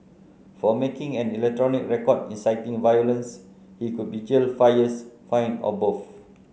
for making an electronic record inciting violence he could be jailed five years fined or both